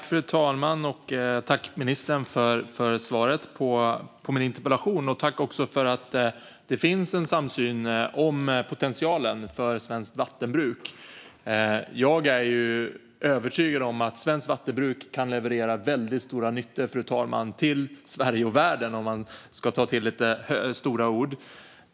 Fru talman! Tack, ministern, för svaret på min interpellation! Jag tackar också för att det finns en samsyn om potentialen för svenskt vattenbruk. Jag är övertygad, fru talman, om att svenskt vattenbruk kan leverera väldigt stor nytta till Sverige och världen, om jag får ta till stora ord.